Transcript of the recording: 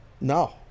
No